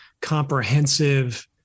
comprehensive